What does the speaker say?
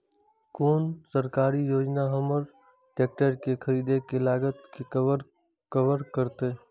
कोन सरकारी योजना हमर ट्रेकटर के खरीदय के लागत के कवर करतय?